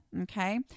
Okay